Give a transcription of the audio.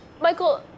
Michael